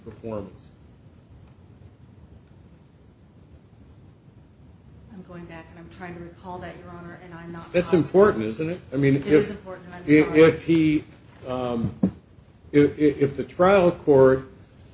perform